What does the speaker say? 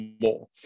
more